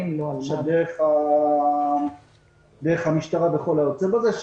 דרך המשטרה וכל היוצא בזה,